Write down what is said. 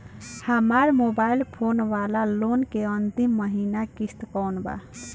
हमार mobile phone वाला loan के अंतिम महिना किश्त कौन बा?